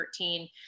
2013